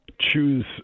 choose